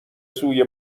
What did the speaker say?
سوی